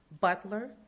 butler